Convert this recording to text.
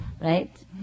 right